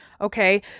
okay